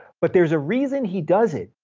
but there's a reason he does it,